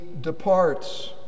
departs